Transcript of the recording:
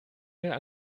mangel